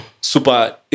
super